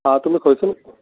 आं तुमी खंयसून